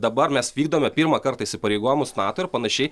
dabar mes vykdome pirmą kartą įsipareigojimus nato ir panašiai